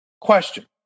Question